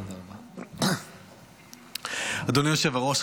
אדוני היושב-ראש,